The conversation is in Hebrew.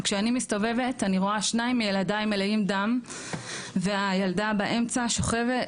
כשאני מסתובבת אני רואה שניים מילדיי מלאים דם והילדה באמצע שוכבת,